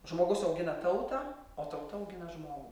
žmogus augina tautą o tauta augina žmogų